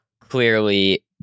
clearly